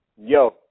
Yo